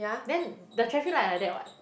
then the traffic light like that what